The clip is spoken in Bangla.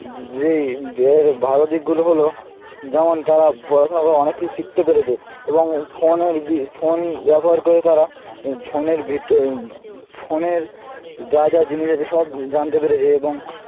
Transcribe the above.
যেই যের ভালো দিকগুলো হল যেমন তারা পড়াশুনা করে অনেক কিছু শিখতে পেরেছে এবং ফোনের বি ফোন ব্যবহার করে তারা ফোনের ভিতর ফোনের যা যা জিনিস আছে সব জানতে পেরেছে এবং